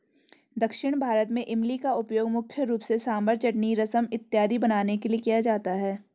दक्षिण भारत में इमली का उपयोग मुख्य रूप से सांभर चटनी रसम इत्यादि बनाने के लिए किया जाता है